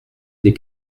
des